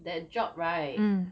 that job right